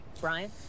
Brian